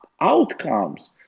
outcomes